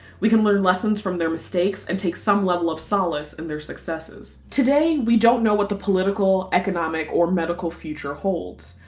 we can learn lessons from their mistakes and take some level of solace in their successes. today we don't know what the political, economic or medical future holds.